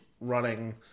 running